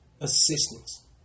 assistance